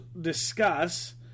discuss